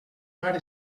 mare